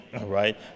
right